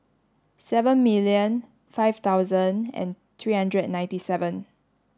seven million five thousand and three hundred ninety seven